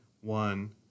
one